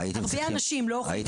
הרבה אנשים לא אוכלים חמץ --- הייתם